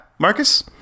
Marcus